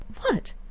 What